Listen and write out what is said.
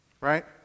right